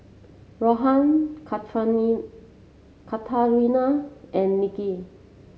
Rohan Katarina and Nicky